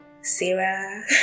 Sarah